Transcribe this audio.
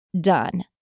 done